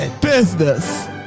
business